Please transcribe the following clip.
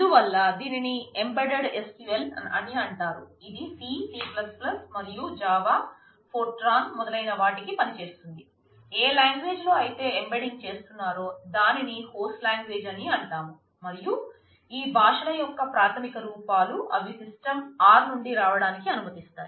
అందువల్ల దీనిని embedded SQL అని అంటారు ఇది C C మరియు జావా R నుండి రావడానికి అనుమతిస్తాయి